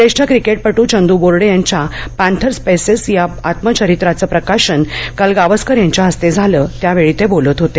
ज्येष्ठ क्रिकेटपट्ट चंदू बोर्डे यांच्या पँथर्स पेसेस या आत्मचरित्राचं प्रकाशन काल गावस्कर यांच्या हस्ते झालं त्यावेळी ते बोलत होते